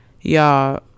y'all